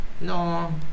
No